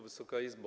Wysoka Izbo!